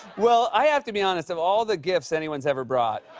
well, i have to be honest. of all the gifts anyone's ever brought,